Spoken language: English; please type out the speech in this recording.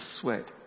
sweat